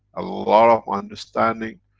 a lot of understanding.